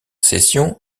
session